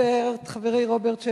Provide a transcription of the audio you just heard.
חברי רוברט,